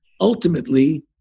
ultimately